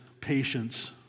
patience